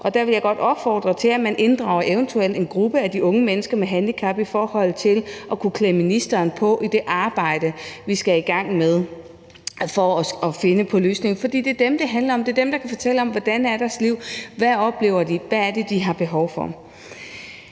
Og der vil jeg godt opfordre til, at man eventuelt inddrager en gruppe af de unge mennesker med handicap for at kunne klæde ministeren på i forbindelse med det arbejde, vi skal i gang med for at finde på løsninger. For det er dem, det handler om, det er dem, der kan fortælle om, hvordan deres liv er, hvad de oplever, hvad det er, de har behov for.